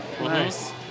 nice